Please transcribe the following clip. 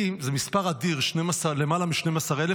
זה מספר אדיר, למעלה מ-12,000.